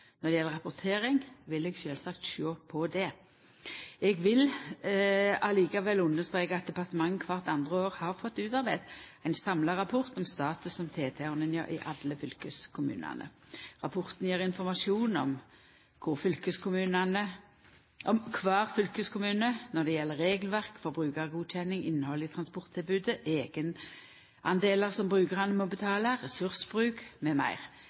Når det gjeld rapportering, vil eg sjølvsagt sjå på det. Eg vil likevel understreka at departementet kvart andre år har fått utarbeidd ein samla rapport om status om TT-ordninga i alle fylkeskommunane. Rapporten gjev informasjon om kvar fylkeskommune når det gjeld regelverk for brukargodkjenning, innhaldet i transporttilbodet, eigendelar som brukarane må betala, ressursbruk